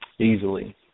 Easily